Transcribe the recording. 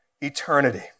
eternity